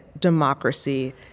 democracy